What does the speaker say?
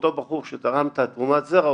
אותו בחור שתרם את תרומת הזרע,